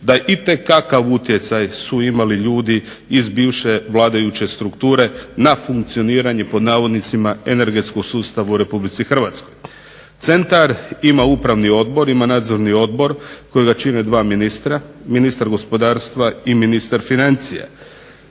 da itekakav utjecaj su imali ljudi iz bivše vladajuće strukture na "funkcioniranje" energetskog sustava u Republici Hrvatskoj. Centar ima upravni odbor, ima nadzorni odbor kojega čine dva ministra, ministar gospodarstva i ministar financija.